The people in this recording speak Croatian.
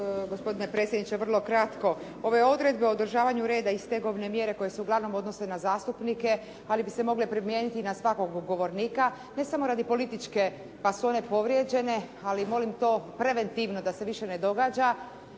Gospodine predsjedniče vrlo kratko. Ove odredbe o održavanju reda i stegovne mjere koje se uglavnom odnose na zastupnike, ali bi se mogle primijeniti na svakog govornika ne samo radi političke pa su one povrijeđene, ali molim to preventivno da se više ne događa